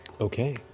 Okay